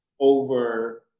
over